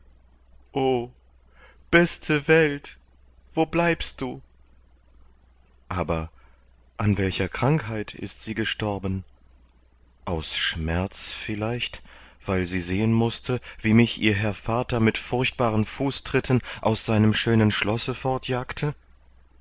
beste welt wo bleibst du aber an welcher krankheit ist sie gestorben aus schmerz vielleicht weil sie sehen mußte wie mich ihr herr vater mit furchtbaren fußtritten aus seinem schönen schlosse